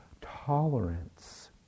tolerance